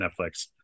Netflix